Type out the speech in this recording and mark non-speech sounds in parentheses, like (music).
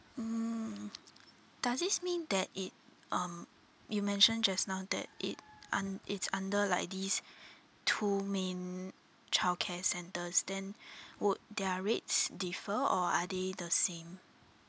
mm (noise) does this mean that it um you mentioned just now that it un~ it's under like these two main childcare centres then would their rates differ or are they the same